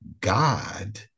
God